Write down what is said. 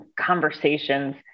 conversations